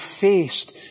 faced